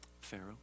Pharaoh